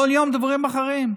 כל יום דברים אחרים.